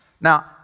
Now